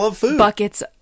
buckets